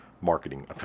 marketing